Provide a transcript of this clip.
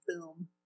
boom